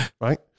right